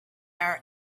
our